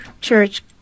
church